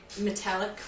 metallic